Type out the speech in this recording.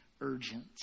urgent